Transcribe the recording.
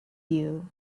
you